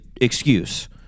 excuse